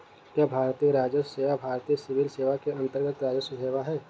क्या भारतीय राजस्व सेवा भारतीय सिविल सेवा के अन्तर्गत्त राजस्व सेवा है?